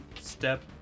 step